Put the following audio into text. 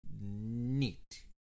Neat